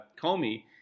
Comey